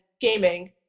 gaming